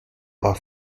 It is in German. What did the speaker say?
war